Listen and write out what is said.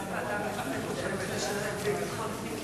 איזו ועדה עוסקת בשר לביטחון פנים?